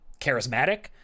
charismatic